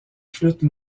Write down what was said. flûte